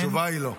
אין?